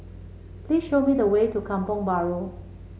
please show me the way to Kampong Bahru